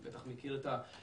אתה בטח מכיר את הסוכרת,